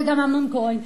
וגם אמנון כהן.